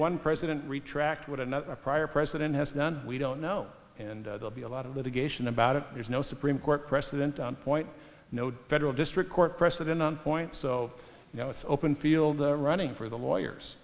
one president retract what another prior president has done we don't know and they'll be a lot of litigation about it there's no supreme court precedent on point no federal district court precedent points so you know it's open field running for the lawyers